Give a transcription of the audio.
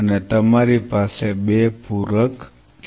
અને તમારી પાસે 2 પૂરક છે